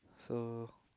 so